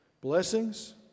blessings